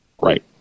right